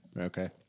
Okay